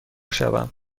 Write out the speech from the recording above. شوم